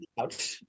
out